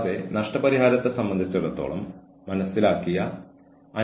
സ്ഥാപനത്തിന് നിങ്ങളുടെ നിയമന നയങ്ങൾ അവലോകനം ചെയ്യുക